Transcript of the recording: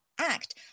act